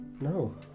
No